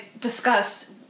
discussed